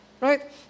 right